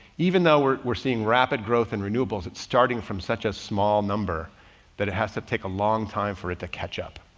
even though we're, we're seeing rapid growth in renewables, it's starting from such a small number that it has to take a long time for it to catch up.